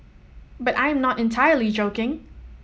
but I am not entirely joking